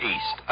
East